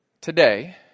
today